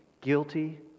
guilty